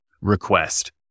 request